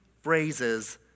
phrases